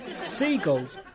Seagulls